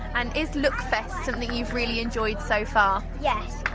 and is lookfest something you've really enjoyed so far? yeah